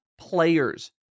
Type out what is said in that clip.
players